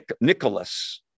Nicholas